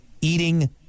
eating